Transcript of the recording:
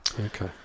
Okay